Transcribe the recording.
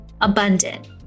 abundant